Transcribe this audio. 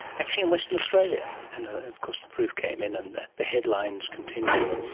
actually in western australia. and of course the proof came in and the the headlines continued.